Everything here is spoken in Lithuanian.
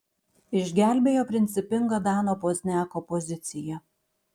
išgelbėjo principinga dano pozniako pozicija